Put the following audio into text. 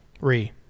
Re